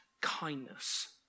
kindness